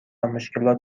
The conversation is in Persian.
مشکلات